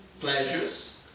pleasures